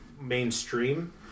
mainstream